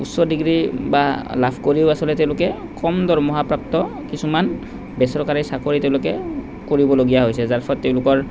উচ্চ ডিগ্ৰী বা লাভ কৰিও আচলতে তেওঁলোকে কম দৰমহাপ্ৰাপ্ত কিছুমান বেচৰকাৰী চাকৰি তেওঁলোকে কৰিবলগীয়া হৈছে যাৰ ফলত তেওঁলোকৰ